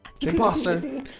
Imposter